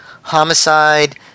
homicide